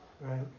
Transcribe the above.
Right